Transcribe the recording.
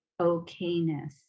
okayness